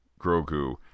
grogu